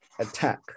attack